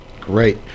Great